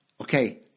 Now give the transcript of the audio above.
okay